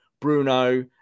Bruno